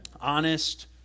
Honest